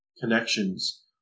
connections